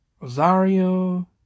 Rosario